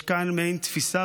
יש כאן מעין תפיסה,